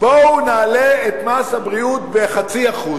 בואו נעלה את מס הבריאות ב-0.5%,